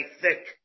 thick